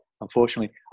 unfortunately